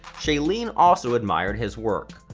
shailene also admired his work.